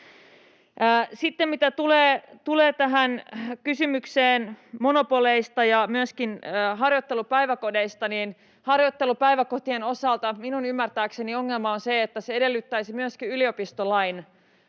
Sitten mitä tulee tähän kysymykseen monopoleista ja myöskin harjoittelupäiväkodeista, niin harjoittelupäiväkotien osalta minun ymmärtääkseni ongelma on se, että se edellyttäisi myöskin yliopistolain